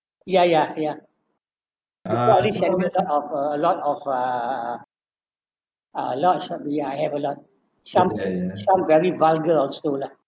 ya ya ya the police has made up of uh a lot of uh uh lots we uh have a lot some some very vulgar also lah